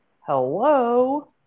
Hello